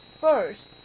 first